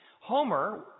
Homer